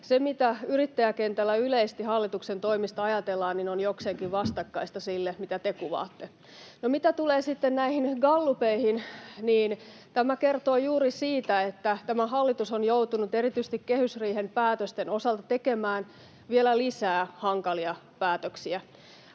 se, mitä yrittäjäkentällä yleisesti hallituksen toimista ajatellaan, on jokseenkin vastakkaista sille, mitä te kuvaatte. No, mitä tulee sitten näihin gallupeihin, niin tämä kertoo juuri siitä, että tämä hallitus on joutunut erityisesti kehysriihen päätösten osalta tekemään vielä lisää hankalia päätöksiä.